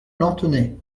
lanthenay